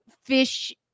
fish